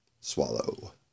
swallow